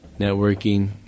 networking